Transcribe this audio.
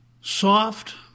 Soft